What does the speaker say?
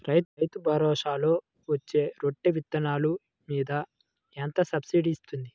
రైతు భరోసాలో పచ్చి రొట్టె విత్తనాలు మీద ఎంత సబ్సిడీ ఇస్తుంది?